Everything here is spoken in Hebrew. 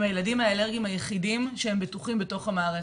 הילדים האלרגיים היחידים שהם בטוחים בתוך המערכת.